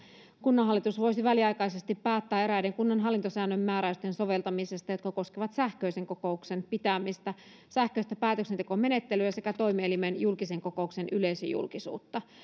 kunnanhallitus voisi väliaikaisesti päättää eräiden kunnan hallintosäännön määräysten soveltamisesta jotka koskevat sähköisen kokouksen pitämistä sähköistä päätöksentekomenettelyä sekä toimielimen julkisen kokouksen yleisöjulkisuutta